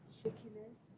shakiness